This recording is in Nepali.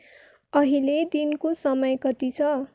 अहिले दिनको समय कति छ